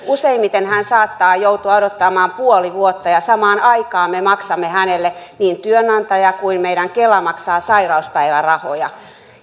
useimmiten hän saattaa joutua odottamaan puoli vuotta ja samaan aikaan me maksamme niin työnantaja kuin meidän kela maksaa hänelle sairauspäivärahoja